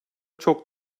çok